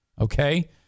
okay